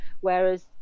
whereas